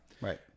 Right